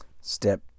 step